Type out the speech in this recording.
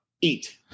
Eat